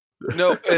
no